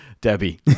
Debbie